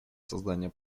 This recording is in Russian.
создания